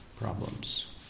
problems